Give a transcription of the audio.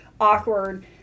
awkward